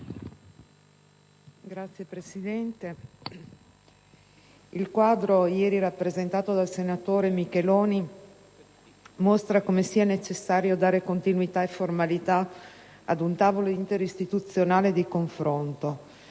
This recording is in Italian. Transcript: Signor Presidente, il quadro ieri rappresentato dal senatore Micheloni mostra come sia necessario dare continuità e formalità ad un tavolo interistituzionale di confronto.